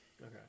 okay